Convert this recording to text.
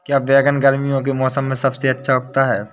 क्या बैगन गर्मियों के मौसम में सबसे अच्छा उगता है?